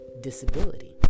disability